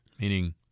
meaning